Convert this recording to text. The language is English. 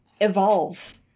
evolve